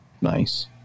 Nice